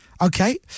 Okay